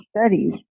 Studies